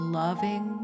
loving